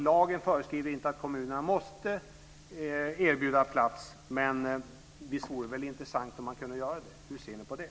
Lagen föreskriver inte att kommunerna måste erbjuda plats, men visst vore det väl intressant om de kunde göra det! Hur ser ni på det?